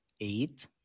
eight